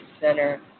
Center